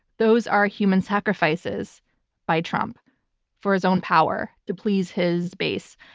those are human sacrifices by trump for his own power to please his base.